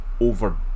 over